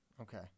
Okay